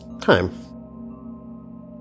time